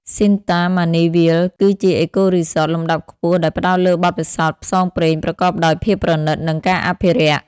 Shinta Mani Wild គឺជាអេកូរីសត លំដាប់ខ្ពស់ដែលផ្តោតលើបទពិសោធន៍ផ្សងព្រេងប្រកបដោយភាពប្រណីត និងការអភិរក្ស។